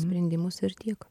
sprendimus ir tiek